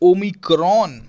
Omicron